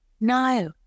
No